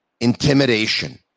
intimidation